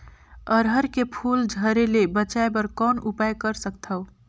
अरहर के फूल झरे ले बचाय बर कौन उपाय कर सकथव?